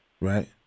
Right